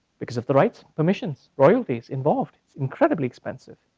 because of the rights, permissions, royalties involved, incredibly expensive.